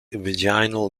vaginal